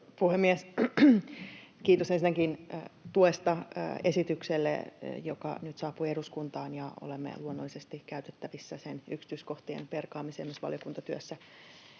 Kiitos ensinnäkin tuesta esitykselle, joka nyt saapui eduskuntaan. Olemme luonnollisesti käytettävissä sen yksityiskohtien perkaamiseen myös valiokuntatyössä.